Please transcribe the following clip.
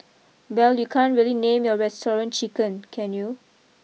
well you can't really name your restaurant Chicken can you